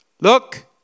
look